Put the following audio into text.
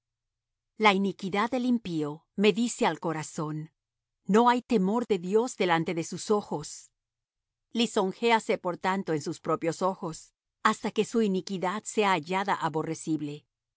la iniquidad del impío me dice al corazón no hay temor de dios delante de sus ojos lisonjéase por tanto en sus propios ojos hasta que su iniquidad sea hallada aborrecible